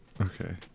Okay